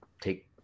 take